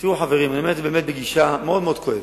אני אומר את זה בגישה מאוד כואבת.